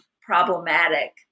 problematic